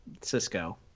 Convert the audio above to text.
Cisco